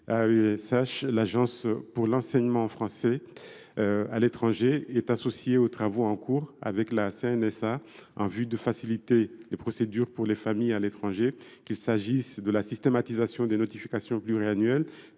AESH, l’Agence pour l’enseignement français à l’étranger est associée aux travaux en cours avec la CNSA en vue de faciliter les procédures pour les familles à l’étranger. Ces travaux portent notamment sur la systématisation des notifications pluriannuelles,